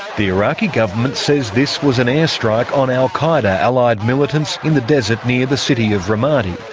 the iraqi government says this was an air strike on al qaeda allied militants in the desert near the city of ramadi.